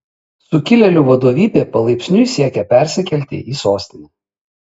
sukilėlių vadovybė palaipsniui siekia persikelti į sostinę